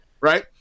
right